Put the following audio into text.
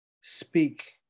speak